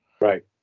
Right